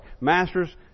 Masters